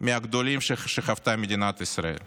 מהגדולים שחוותה מדינת ישראל.